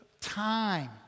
time